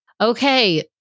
Okay